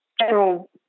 general